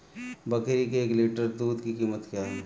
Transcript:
बकरी के एक लीटर दूध की कीमत क्या है?